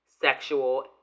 sexual